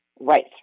Right